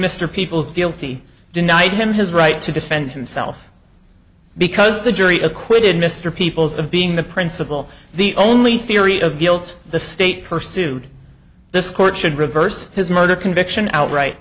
mr peoples guilty denied him his right to defend himself because the jury acquitted mr peoples of being the principal the only theory of guilt the state pursued this court should reverse his murder conviction outright